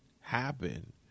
happen